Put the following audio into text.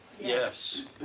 Yes